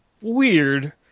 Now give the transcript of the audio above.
weird